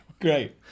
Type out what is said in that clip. Great